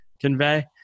convey